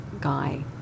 guy